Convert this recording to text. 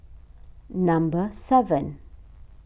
number seven